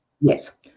Yes